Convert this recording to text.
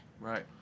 right